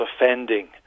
offending